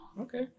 Okay